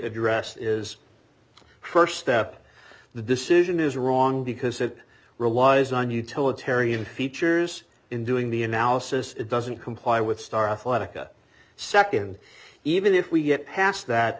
addressed is the first step the decision is wrong because it relies on utilitarian features in doing the analysis it doesn't comply with starflight of second even if we get past that